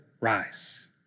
rise